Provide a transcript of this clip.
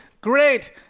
Great